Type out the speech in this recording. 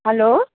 hello